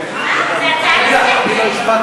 לסדר-היום.